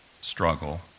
struggle